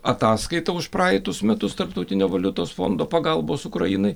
ataskaita už praeitus metus tarptautinio valiutos fondo pagalbos ukrainai